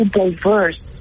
diverse